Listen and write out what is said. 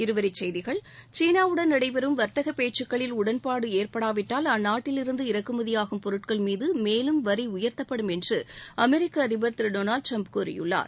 இருவரிச் செய்திகள் சீனாவுடன் நடைபெறும் வர்த்தகப் பேச்சுக்களில் உடன்பாடு ஏற்படாவிட்டால் அந்நாட்டிலிருந்து இறக்குமதியாகும் பொருட்கள் மீது மேலும் வரி உயர்த்தப்படும் என்று அமெரிக்க அதிபர் டோனால்டு ட்ரம்ப் கூறியிருக்கிறார்